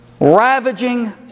Ravaging